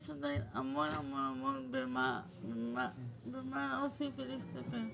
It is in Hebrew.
יש עוד המון מה להוסיף ולהשתפר.